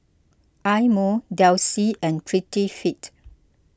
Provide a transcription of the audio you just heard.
Eye Mo Delsey and Prettyfit